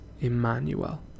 Emmanuel